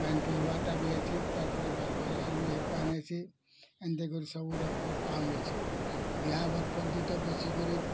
ପାନ ପିଇବାଟା ବି ହେସି ତାପରେ ଗାଧବାର ଲାଗି ବି ହେ ପାଣି ହେସି ଏନ୍ତା କରି ସବୁ ରକମର କାମ ହେସି ବିହା ବେଶୀ କରି